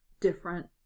different